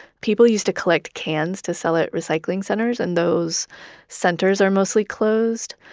people used to collect cans to sell at recycling centers and those centers are mostly closed.